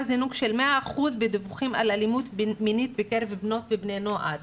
זינוק של 100% בדיווחים על אלימות מינית בקרב בנות ובני נוער,